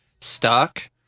Stuck